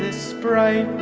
ah spray